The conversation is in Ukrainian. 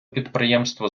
підприємства